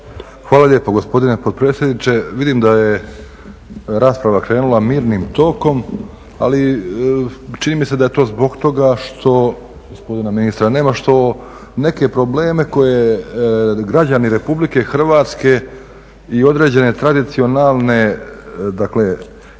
Hvala lijepo gospodine potpredsjedniče. Vidim da je rasprava krenula mirnim tokom, ali čini mi se da je to zbog toga što gospodina ministra nema, što neke probleme koje građani Republike Hrvatske i određene tradicionalne, dakle